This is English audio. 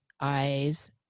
eyes